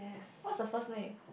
what's her first name